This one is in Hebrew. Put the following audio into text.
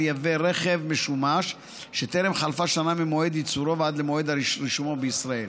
לייבא רכב משומש שלא חלפה שנה ממועד ייצורו ועד למועד רישומו בישראל.